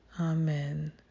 amen